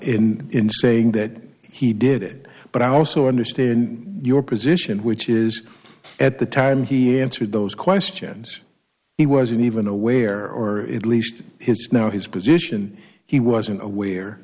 in saying that he did it but i also understand your position which is at the time he answered those questions he wasn't even aware or at least his now his position he wasn't aware